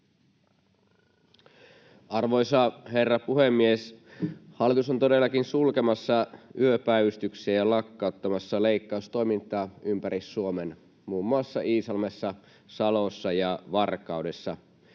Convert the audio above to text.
Arvoisa herra puhemies! Hallitus on todellakin sulkemassa yöpäivystyksiä ja lakkauttamassa leikkaustoimintaa ympäri Suomen, muun muassa Iisalmessa, Salossa ja Varkaudessa.